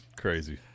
Crazy